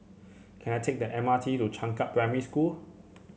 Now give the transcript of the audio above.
can I take the M R T to Changkat Primary School